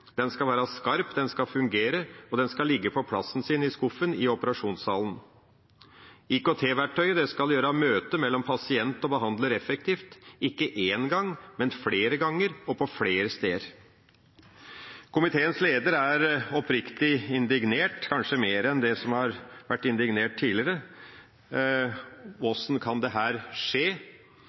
Den skal være skarp, den skal fungere, og den skal ligge på plassen sin i skuffen i operasjonssalen. IKT-verktøyet skal gjøre møtet mellom pasient og behandler effektivt, ikke én gang, men flere ganger og på flere steder. Komiteens leder er oppriktig indignert, kanskje mer indignert enn han har vært tidligere: Hvordan kan dette skje? Det